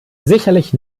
sicherlich